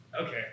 Okay